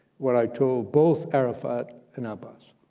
what i told both arafat and abbas.